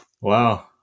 Wow